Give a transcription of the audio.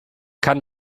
kann